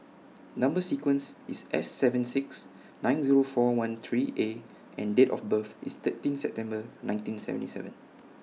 Number sequence IS S seven six nine Zero four one three A and Date of birth IS thirteen September nineteen seventy seven